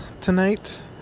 tonight